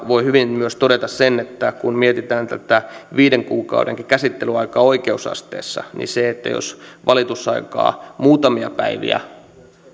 voi hyvin myös todeta sen että kun mietitään tätä viidenkin kuukauden käsittelyaikaa oikeusasteessa sitä tuoko se jos valitusaikaa muutamia päiviä